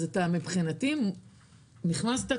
אז אתה מבחינתי נכנסת,